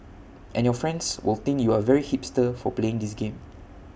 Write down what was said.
and your friends will think you are very hipster for playing this game